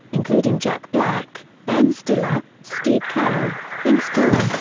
including jack black, ben stiller, steve carell, vince vaughn,